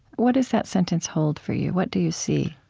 what does that sentence hold for you? what do you see?